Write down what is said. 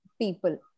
people